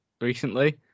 recently